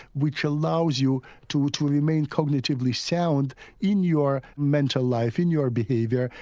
which allows you to to remain cognitively sound in your mental life, in your behaviour,